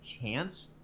chance